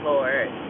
Lord